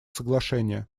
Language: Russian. соглашения